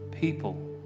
people